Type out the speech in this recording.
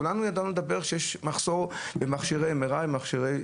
כולנו ידענו לדבר על זה שיש מחסור במכשירי MRI ו-CT.